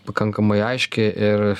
pakankamai aiški ir